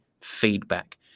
feedback